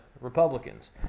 Republicans